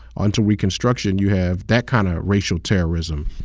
ah into reconstruction, you have that kind of racial terrorism.